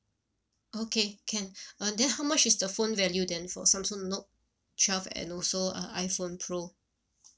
okay can uh then how much is the phone value then for samsung note twelve and also uh iphone pro